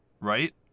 right